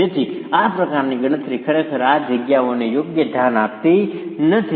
તેથી આ પ્રકારની ગણતરી ખરેખર આ જગ્યાઓને યોગ્ય ધ્યાન આપતી નથી